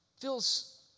feels